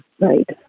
right